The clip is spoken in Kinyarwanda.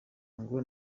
ngo